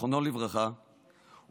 זיכרונו לברכה,